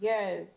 Yes